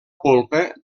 polpa